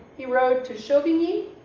he rode to chauvigny,